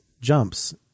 jumps